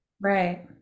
Right